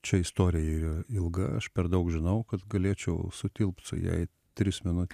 čia istorija ir ilga aš per daug žinau kad galėčiau sutilpt su ja į tris minute